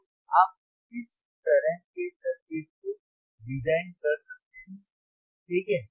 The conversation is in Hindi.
तो आप इस तरह के सर्किट को डिजाइन कर सकते हैं ठीक है